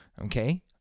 okay